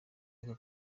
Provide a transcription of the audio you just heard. aka